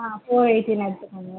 ஆ four எயிட்டின்னு எடுத்துக்கோங்க